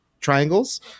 triangles